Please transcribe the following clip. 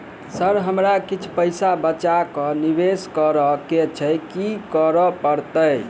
Sir हमरा किछ पैसा बचा कऽ निवेश करऽ केँ छैय की करऽ परतै?